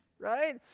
Right